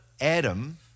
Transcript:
Adam